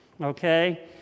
okay